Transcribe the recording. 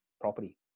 property